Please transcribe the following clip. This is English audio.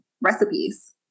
recipes